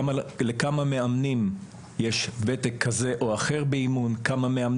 לכמה מאמנים יש ותק כזה או אחר באימון?